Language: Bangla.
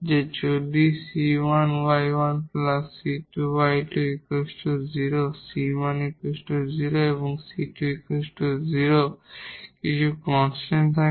যে যদি 𝑐1𝑦1 𝑐2𝑦2 0 ⇒ 𝑐1 0 এবং 𝑐2 0 কিছু কনস্টান্ট থাকে